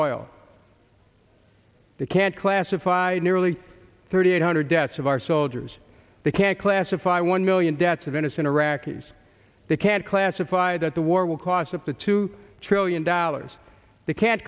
oil they can't classify nearly thirty eight hundred deaths of our soldiers they can't classify one million deaths of innocent iraqis they can't classify that the war will cost up to two trillion dollars they ca